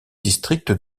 district